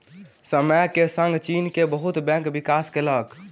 समय के संग चीन के बहुत बैंक विकास केलक